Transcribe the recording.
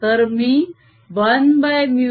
तर मी 10nE02ck